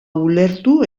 ulertu